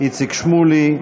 איציק שמולי,